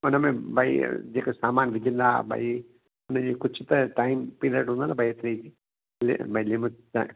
उन में भई जेको सामान विझंदा भई उन जी कुझु त टाइम पीरियड हूंदो न भई हेतिरी लि लिमिट भई